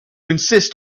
insist